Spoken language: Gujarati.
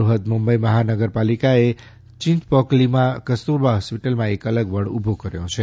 બ્રહન્મુંબઈ મહાનગર પાલિકાએ ચિંચપોકાલીમાં કસ્તુરબા હોસ્પીટલમાં એક અલગ વોર્ડ ઉભો કર્યો છે